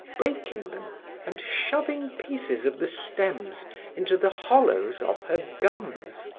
breaking them and shoving pieces of the stems into the hollows of her gums.